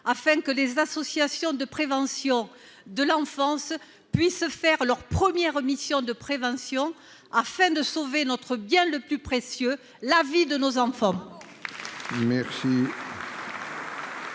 pour que les associations de protection de l'enfance puissent mener à bien leur principale mission, la prévention, afin de sauver notre bien le plus précieux, la vie de nos enfants